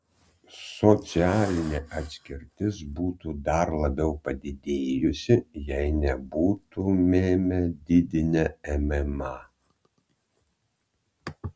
socialinė atskirtis būtų dar labiau padidėjusi jei nebūtumėme didinę mma